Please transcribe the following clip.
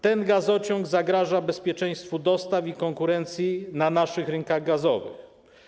Ten gazociąg zagraża bezpieczeństwu dostaw i konkurencji na naszych rynkach gazowych.